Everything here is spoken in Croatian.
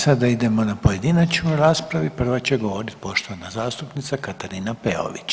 Sada idemo na pojedinačnu raspravu i prvo će govoriti poštovana zastupnica Katarina Peović.